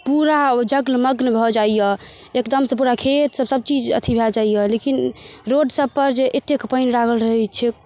पूरा ओ जल मग्न भऽ जाइए एकदमसँ पूरा खेत सभचीज अथी भए जाइए लेकिन रोड सभपर जे एतेक पानि लागल रहैत छै